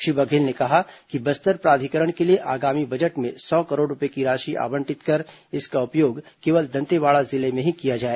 श्री बघेल ने कहा कि बस्तर प्राधिकरण के लिए आगामी बजट में सौ करोड़ रूपए की राशि आबंटित कर इसका उपयोग केवल दंतेवाडा जिले में ही किया जाए